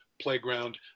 Playground